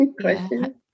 question